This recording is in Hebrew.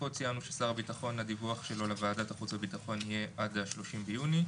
פה ציינו שהדיווח של שר הביטחון לוועדת חוץ וביטחון יהיה עד 30 ביוני,